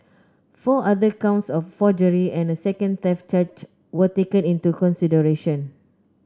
four other counts of forgery and a second theft charge were taken into consideration